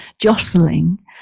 jostling